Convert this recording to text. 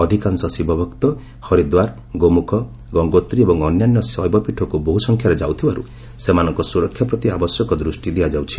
ଅଧିକାଂଶ ଶିବଭକ୍ତ ହରିଦ୍ୱାର ଗୋମୁଖ ଗଙ୍ଗୋତ୍ରୀ ଏବଂ ଅନ୍ୟାନ୍ୟ ଶୈବପୀଠକୁ ବହୁସଂଖ୍ୟାରେ ଯାଉଥିବାରୁ ସେମାନଙ୍କ ସୁରକ୍ଷା ପ୍ରତି ଆବଶ୍ୟକ ଦୃଷ୍ଟି ଦିଆଯାଉଛି